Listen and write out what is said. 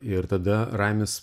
ir tada raimis